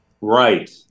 right